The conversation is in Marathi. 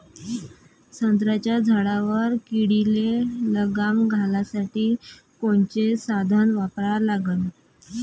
संत्र्याच्या झाडावर किडीले लगाम घालासाठी कोनचे साधनं वापरा लागन?